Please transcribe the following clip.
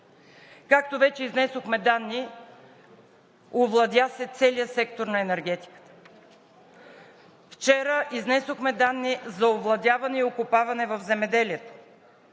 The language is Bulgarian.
Както вече изнесохме данни, овладя се целият сектор на енергетиката. Вчера изнесохме данни за овладяване и окопаване в земеделието.